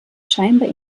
scheinbar